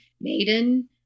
maiden